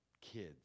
kids